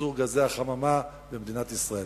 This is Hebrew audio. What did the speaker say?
ייצור גזי החממה במדינת ישראל.